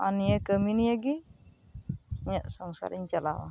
ᱟᱨ ᱱᱤᱭᱟᱹ ᱠᱟᱹᱢᱤ ᱱᱤᱭᱮ ᱜᱮ ᱤᱧᱟᱜ ᱥᱚᱝᱥᱟᱨᱤᱧ ᱪᱟᱞᱟᱣᱟ